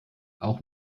auch